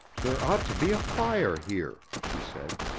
there ought to be a fire here, she said.